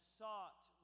sought